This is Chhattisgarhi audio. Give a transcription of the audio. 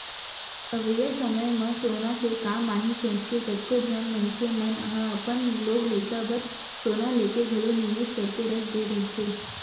अवइया समे म सोना के काम आही सोचके कतको झन मनखे मन ह अपन लोग लइका बर सोना लेके घलो निवेस करके रख दे रहिथे